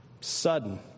sudden